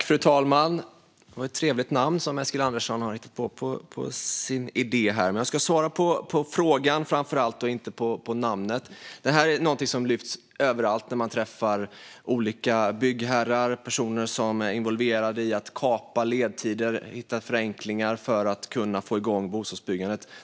Fru talman! Det var ett trevligt namn som Eskilandersson har hittat på för sin idé! Men jag ska framför allt svara på frågan, och inte på namnet. Det här är någonting som lyfts överallt när man träffar olika byggherrar och personer som är involverade i att kapa ledtider och hitta förenklingar för att kunna få igång bostadsbyggandet.